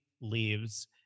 leaves